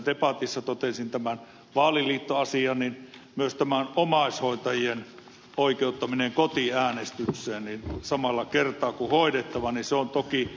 debatissa totesin tämän vaaliliittoasian mutta myös omaishoitajien oikeuttaminen kotiäänestykseen samalla kertaa kuin hoidettava on toki tervetullut uudistus